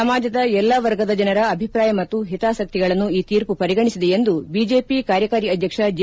ಸಮಾಜದ ಎಲ್ಲಾ ವರ್ಗದ ಜನರ ಅಭಿಪ್ರಾಯ ಮತ್ತು ಹಿತಾಸಕ್ತಿಗಳನ್ನು ಈ ತೀರ್ಮ ಪರಿಗಣಿಸಿದೆ ಎಂದು ಬಿಜೆಪಿ ಕಾರ್ಯಕಾರಿ ಅಧ್ಯಕ್ಷ ಜೆ